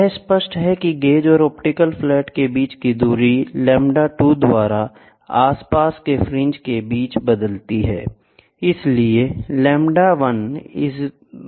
यह स्पष्ट है कि गेज और ऑप्टिकल फ्लैट के बीच की दूरी λ2 द्वारा आसपास के फ्रिंज के बीच बदलती है